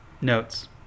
Notes